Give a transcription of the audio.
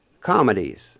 Comedies